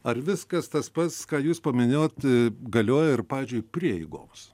ar viskas tas pats ką jūs paminėjot galioja ir pavyzdžiui prieigoms